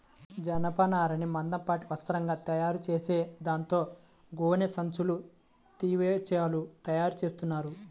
జనపనారని మందపాటి వస్త్రంగా తయారుచేసి దాంతో గోనె సంచులు, తివాచీలు తయారుచేత్తన్నారు